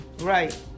Right